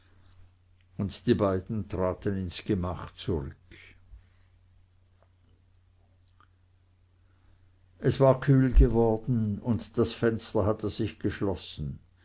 und die beiden traten in das gemach zurück es war kühl geworden und das fenster hatte sich geschlossen